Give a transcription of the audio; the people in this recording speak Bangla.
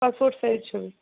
পাসপোর্ট সাইজ ছবি